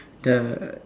the